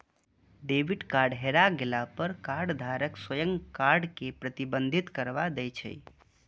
debit card हेरा गेला पर कार्डधारक स्वयं कार्ड कें प्रतिबंधित करबा दै छै